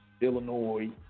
Illinois